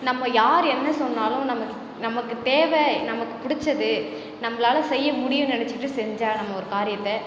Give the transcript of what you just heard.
நம்ம யார் என்ன சொன்னாலும் நமக் நமக்கு தேவை நமக்கு பிடிச்சது நம்மளால செய்ய முடியுன்னு நினைச்சிட்டு செஞ்சால் நம்ம ஒரு காரியத்தை